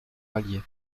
allier